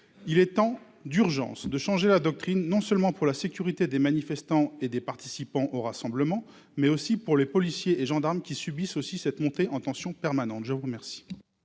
Il est urgent de changer la doctrine non seulement pour la sécurité des manifestants et des participants aux rassemblements, mais aussi pour les policiers et gendarmes qui subissent cette montée en tension permanente. Quel